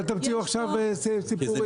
אל תמציאו עכשיו סיפורים.